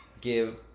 give